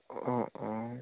অঁ অঁ